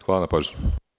Hvala na pažnji.